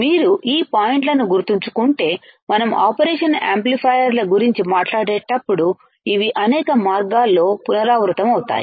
మీరు ఈ పాయింట్లను గుర్తుంచుకుంటే మనం ఆపరేషన్ యాంప్లిఫైయర్స గురించి మాట్లాడేటప్పుడు ఇవి అనేక మార్గాల్లో పునరావృతమవుతాయి